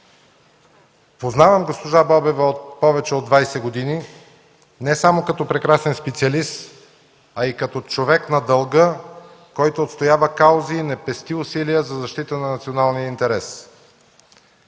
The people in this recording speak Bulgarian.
Познавам госпожа Бобева повече от 20 години не само като прекрасен специалист, а и като човек на дълга, който отстоява каузи и не пести усилия за защита на националния интерес.